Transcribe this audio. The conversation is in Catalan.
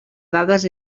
dades